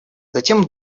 затем